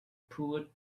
poor